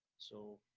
so,